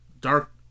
dark